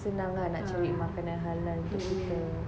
senang ah nak cari makanan halal untuk kita